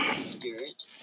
spirit